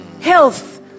health